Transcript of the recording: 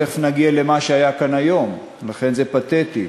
תכף נגיע למה שהיה כאן היום, לכן זה פתטי.